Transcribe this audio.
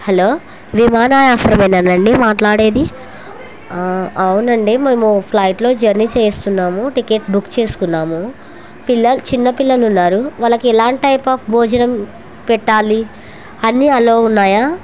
hello విమానాయశ్రమేనా అండి మాట్లాడేది అవునండి మేము ఫ్లైట్లో జర్నీ చేస్తున్నాము టికెట్ బుక్ చేసుకున్నాము పిల్లలు చిన్న పిల్లలు ఉన్నారు వాళ్ళకి ఎలా టైప్ ఆఫ్ భోజనం పెట్టాలి అన్నీ అలో ఉన్నాయా